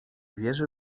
wierzy